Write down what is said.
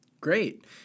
Great